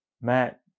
Matt